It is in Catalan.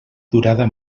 durada